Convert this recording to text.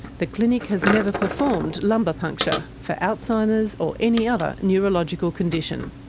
the clinic has never performed lumbar puncture for alzheimer's or any other neurological condition.